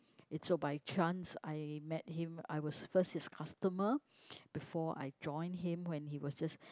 it so by chance I met him I was first his customer before I join him when he was just